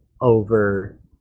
over